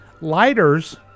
Lighters